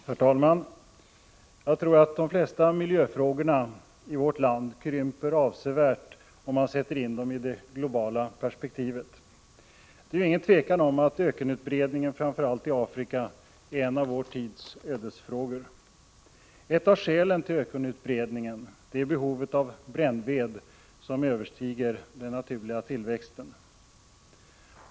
Herr talman! Jag tror att de flesta miljöfrågorna i vårt land krymper avsevärt om man sätter in dem i det globala perspektivet. Det är ingen tvekan om att ökenutbredningen framför allt i Afrika är en av vår tids ödesfrågor. Ett av skälen till ökenutbredningen är att behovet av brännved överstiger den naturliga tillväxten.